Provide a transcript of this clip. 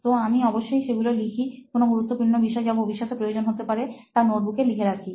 তো আমি অবশ্যই সেগুলো লিখি কোনো গুরুত্বপূর্ণ বিষয় যা ভবিষ্যতে প্রয়োজন হতে পারে তা নোটবুকে লিখে রাখি